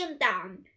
down